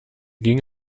ging